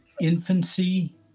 infancy